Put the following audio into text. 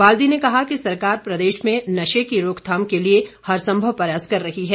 बाल्दी ने कहा कि सरकार प्रदेश में नशे की रोकथाम के लिए हरसंभव प्रयास कर रही है